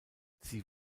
sie